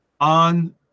on